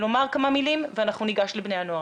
לומר כמה מילים ואנחנו ניגש לבני הנוער.